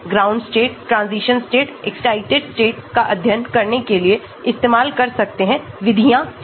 ground state transition state excited state का अध्ययन करने के लिए इस्तेमाल कर सकते हैंविधियां हैं